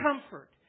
comfort